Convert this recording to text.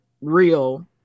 real